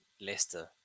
Leicester